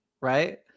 Right